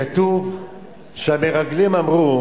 כתוב שהמרגלים אמרו